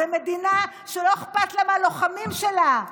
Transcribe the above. זו מדינה שלא אכפת לה מהלוחמים שלה.